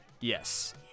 Yes